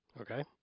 Okay